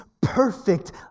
perfect